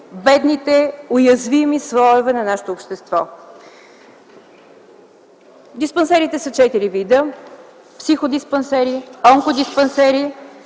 бедните и уязвими слоеве на нашето общество. Диспансерите са четири вида – психодиспансери, онкодиспансери,